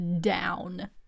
down